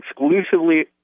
exclusively